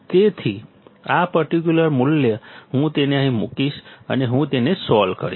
તેથી આ પર્ટિક્યુલર મૂલ્ય હું તેને અહીં મૂકીશ અને હું તેને સોલ્વ કરીશ